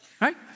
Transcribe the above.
Right